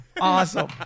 Awesome